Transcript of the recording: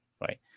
Right